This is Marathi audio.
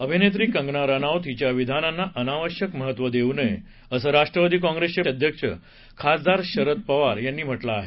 अभिनेत्री कंगना रानौत हिच्या विधानांना अनावश्यक महत्त्व देऊ नये असं राष्ट्रवादी काँग्रेस पक्षाचे प्रदेश अध्यक्ष खासदार शरद पवार यांनी म्हटलं आहे